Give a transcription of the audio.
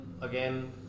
again